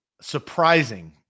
surprising